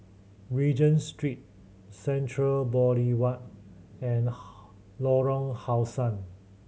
Regent Street Central Boulevard and Lorong How Sun